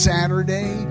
Saturday